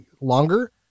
longer